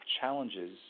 challenges